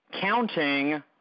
Counting